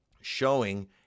showing